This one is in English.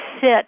sit